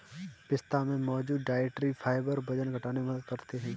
पिस्ता में मौजूद डायट्री फाइबर वजन घटाने में मदद करते है